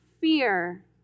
fear